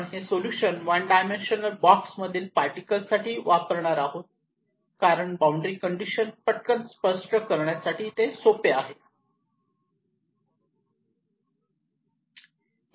आपण हे solution one dimensional box मधील पार्टिकल साठी वापरणार आहोत कारण बाउंड्री कंडिशन पटकन स्पष्ट करण्यासाठी ते सोयीचे आहे